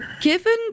given